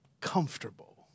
comfortable